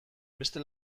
beste